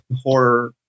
horror